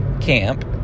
camp